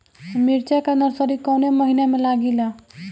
मिरचा का नर्सरी कौने महीना में लागिला?